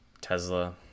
Tesla